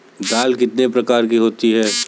दाल कितने प्रकार की होती है?